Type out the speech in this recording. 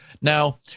Now